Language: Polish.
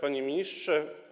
Panie Ministrze!